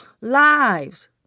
lives